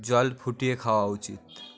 জল ফুটিয়ে খাওয়া উচিত